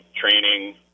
training